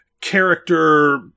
character